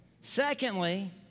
Secondly